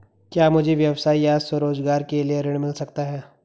क्या मुझे व्यवसाय या स्वरोज़गार के लिए ऋण मिल सकता है?